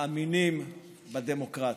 מאמינים בדמוקרטיה".